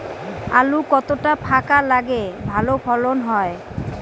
আলু কতটা ফাঁকা লাগে ভালো ফলন হয়?